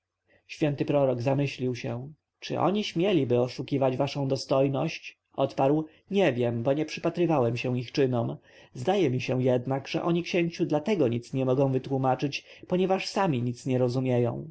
święty prorok zamyślił się czy oni śmieliby oszukiwać waszą dostojność odparł nie wiem bo nie przypatrywałem się ich czynom zdaje mi się jednak że oni księciu dlatego nic nie mogą wytłomaczyć ponieważ sami nic nie rozumieją